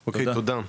תודה,